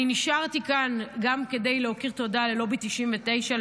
נשארתי כאן גם כדי להכיר תודה ללובי 99,